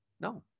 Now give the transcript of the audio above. No